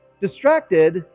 distracted